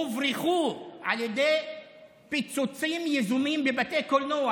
הוברחו על ידי פיצוצים יזומים בבתי קולנוע.